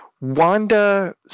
Wanda